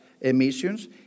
emissions